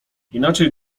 inaczej